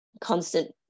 constant